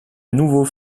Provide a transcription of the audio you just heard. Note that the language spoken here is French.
nouveau